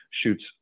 shoots